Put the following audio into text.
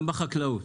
גם בחקלאות.